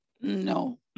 No